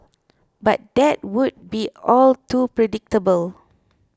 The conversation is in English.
but that would be all too predictable